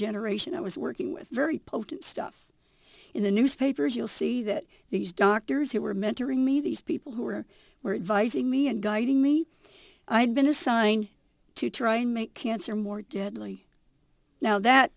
generation that was working with very potent stuff in the newspapers you'll see that these doctors who were mentoring me these people who are were advising me and guiding me i've been assigned to try and make cancer more deadly now that